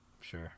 sure